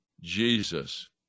Jesus